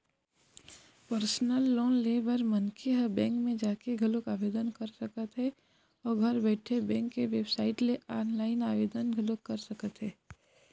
personal loan ले बर मनखे ह बेंक म जाके घलोक आवेदन कर सकत हे अउ घर बइठे बेंक के बेबसाइट ले ऑनलाईन आवेदन घलोक कर सकत हे